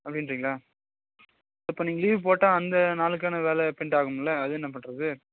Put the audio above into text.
அப்படின்றீங்களா அப்போது நீங்கள் லீவ் போட்டால் அந்த நாளுக்கான வேலை பெண்டாகும்ல அதை என்ன பண்ணுறது